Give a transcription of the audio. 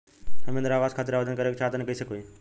हम इंद्रा आवास खातिर आवेदन करे क चाहऽ तनि कइसे होई?